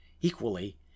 Equally